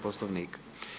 Poslovnika.